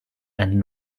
and